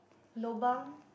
lobang